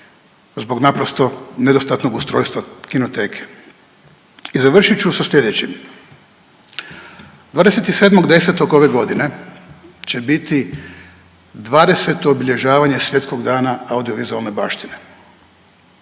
zbog naprosto nedostatnog ustrojstva Kinoteke. I završit ću sa sljedećim, 27.10. ove godine će biti 20. obilježavanje Svjetskog dana audiovizualne baštine.